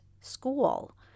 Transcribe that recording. school